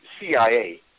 CIA